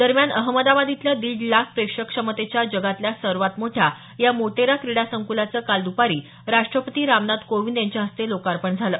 दरम्यान अहमदाबाद इथल्या दीड लाख प्रेक्षक क्षमतेच्या जगातल्या सवोत मोठ्या या मोटेरा क्रीडा संकुलाचं काल दुपारी राष्ट्रपती रामनाथ कोविंद यांच्या हस्ते लोकार्पण झालं